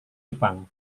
jepang